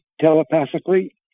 telepathically